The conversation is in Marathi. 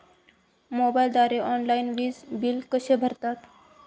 मोबाईलद्वारे ऑनलाईन वीज बिल कसे भरतात?